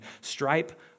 stripe